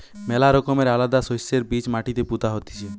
ম্যালা রকমের আলাদা শস্যের বীজ মাটিতে পুতা হতিছে